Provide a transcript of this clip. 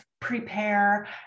prepare